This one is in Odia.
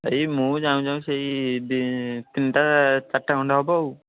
ଏଇ ମୁଁ ଯାଉଁ ଯାଉଁ ସେଇ ତିନିଟା ଚାରିଟା ଖଣ୍ଡେ ହବ ଆଉ